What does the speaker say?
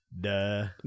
duh